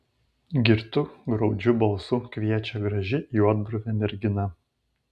girtu graudžiu balsu kviečia graži juodbruvė mergina